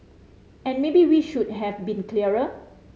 and maybe we should have been clearer